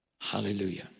Hallelujah